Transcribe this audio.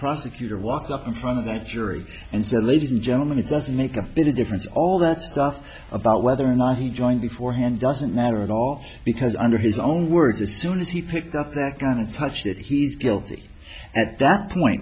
prosecutor walked up in front of the jury and said ladies and gentlemen it doesn't make a difference all that stuff about whether or not he joined before hand doesn't matter at all because under his own words as soon as he picked up that kind of touch that he's guilty at that point